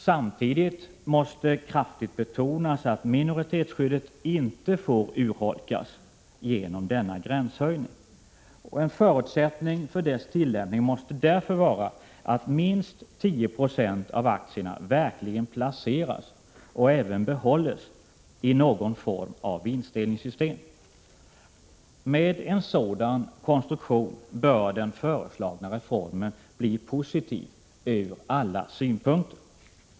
Samtidigt måste kraftigt betonas att minoritetsskyddet inte får urholkas genom denna gränshöjning. En förutsättning för dess tillämpning måste därför vara att minst 10 96 av aktierna verkligen placeras och även behålls i någon form av vinstdelningssystem. Med en sådan konstruktion bör den föreslagna reformen bli positiv ur alla synpunkter.